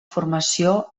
formació